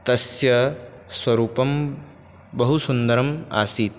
तस्य स्वरूपं बहुसुन्दरम् आसीत्